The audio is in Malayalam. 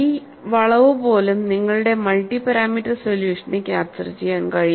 ഈ വളവു പോലും നിങ്ങളുടെ മൾട്ടി പാരാമീറ്റർ സൊല്യൂഷന് ക്യാപ്ചർ ചെയ്യാൻ കഴിയും